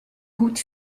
gut